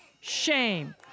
shame